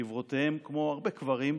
קברותיהם, כמו הרבה קברים,